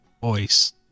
Voice